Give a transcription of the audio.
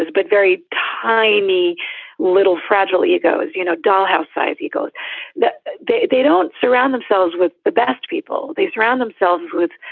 but very tiny little fragile ego, as you know, dollhouse size egos that they they don't surround themselves with the best people they surround themselves with.